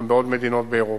גם בעוד מדינות באירופה.